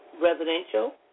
residential